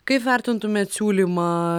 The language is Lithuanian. kaip vertintumėt siūlymą